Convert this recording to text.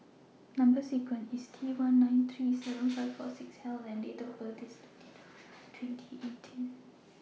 Number sequence IS T one nine three seven five four six L and Date of birth IS twenty November two thousand and eighteen